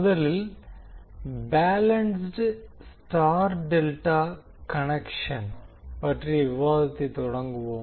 முதலில் balanced Y ∆ Y delta connection பற்றிய விவாதத்தை தொடங்குவோம்